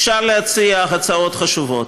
אפשר להציע הצעות חשובות,